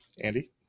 Andy